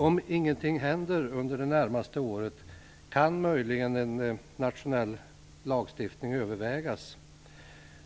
Om ingenting händer under det närmaste året kan möjligen en nationell lagstiftning övervägas.